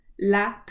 la